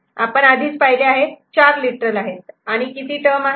आपण आधीच पाहिले आहेत चार लिटरल आहेत आणि किती टर्म आहेत